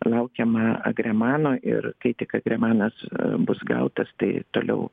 laukiama agremano ir kai tik agremanas bus gautas tai toliau